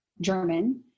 german